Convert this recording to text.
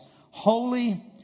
holy